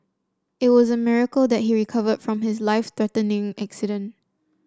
it was a miracle that he recovered from his life threatening accident